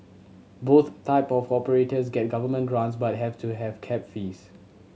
both type of operators get government grants but have to have cap fees